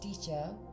teacher